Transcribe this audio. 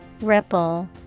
Ripple